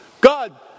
God